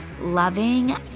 loving